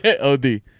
OD